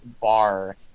bar